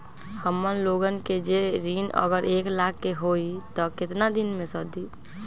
हमन लोगन के जे ऋन अगर एक लाख के होई त केतना दिन मे सधी?